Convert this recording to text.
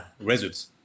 results